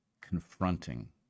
confronting